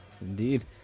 Indeed